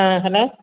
ആ ഹലോ